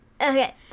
Okay